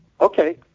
okay